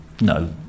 no